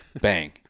bang